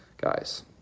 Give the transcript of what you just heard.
Guys